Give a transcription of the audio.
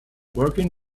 working